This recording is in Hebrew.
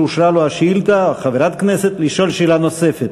לחברת כנסת שאושרה להם השאילתה לשאול שאלה נוספת.